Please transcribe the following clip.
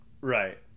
right